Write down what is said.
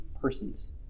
persons